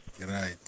right